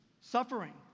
Suffering